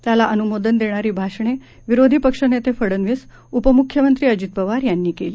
त्याला अनुमोदन देणारी भाषणे विरोधी पक्षनेते फडनवीस उपमुख्यमंत्री अजित पवार यांनी केली